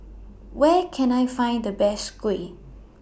Where Can I Find The Best Kuih